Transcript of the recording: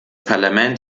parlament